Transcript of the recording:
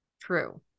True